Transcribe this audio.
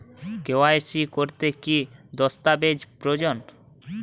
KYC করতে কি দস্তাবেজ প্রয়োজন?